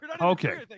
okay